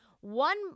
One